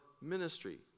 ministry